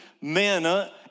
manna